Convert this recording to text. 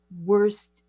worst